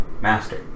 master